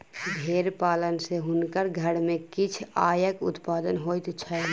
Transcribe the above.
भेड़ पालन सॅ हुनकर घर में किछ आयक उत्पादन होइत छैन